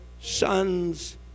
sons